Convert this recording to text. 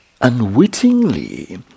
unwittingly